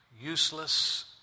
useless